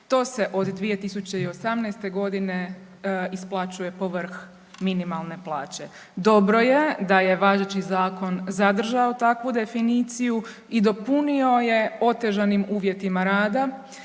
To se od 2018. godine isplaćuje povrh minimalne plaće. Dobro je da je važeći zakon zadržao takvu definiciju i dopunio je otežanim uvjetima rada.